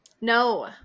no